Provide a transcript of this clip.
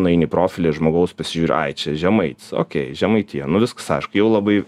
nueini į profilį žmogaus pasižiūri ai čia žemaitis okei žemaitija nu viskas aišku jau labai